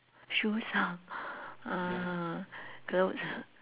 shoes uh clothes